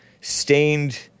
stained